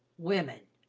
women,